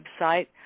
website